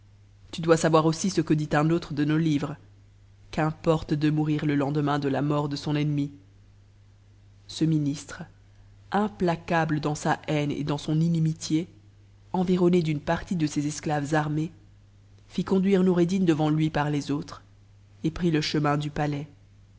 tu dois savoir aussi ce que dit un autre de nos livres qu'importe de mourir le lendemain de la mort de son ennemi ce ministre implacable dans sa haine et dans son inimitié environne d'une partie de ses esclaves armés fit conduire noureddin devant lui par les autres et prit le chemin du palais